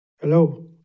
Hello